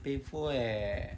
eh pro leh